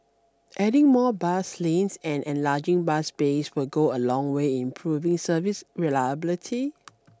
adding more bus lanes and enlarging bus bays will go a long way in improving service reliability